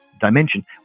dimension